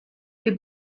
que